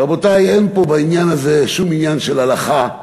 רבותי, אין פה בעניין הזה שום עניין של הלכה.